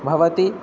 भवति